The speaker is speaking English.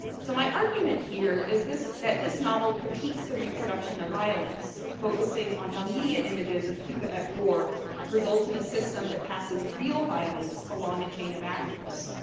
so, my argument here is that this novel critiques the reproduction of violence, focusing on how media images of cuba at war result in a system that passes real violence along a chain of actors.